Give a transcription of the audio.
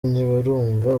ntibarumva